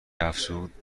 افزود